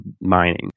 mining